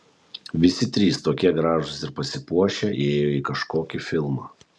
visi trys tokie gražūs ir pasipuošę ėjo į kažkokį filmą